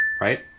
Right